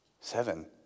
Seven